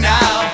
now